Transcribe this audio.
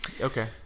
okay